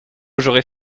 j’aurais